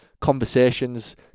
conversations